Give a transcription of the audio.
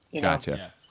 Gotcha